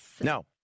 No